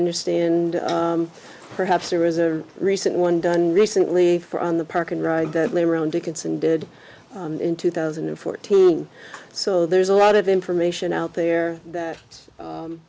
understand perhaps there was a recent one done recently for on the park and ride that labor on dickinson did in two thousand and fourteen so there's a lot of information out there that